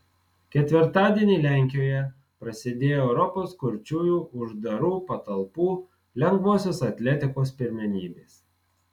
ketvirtadienį lenkijoje prasidėjo europos kurčiųjų uždarų patalpų lengvosios atletikos pirmenybės